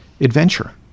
adventure